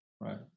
right